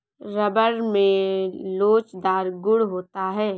rubber में लोचदार गुण होता है